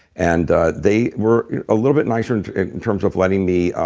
and ah they were a little bit nicer and in terms of letting me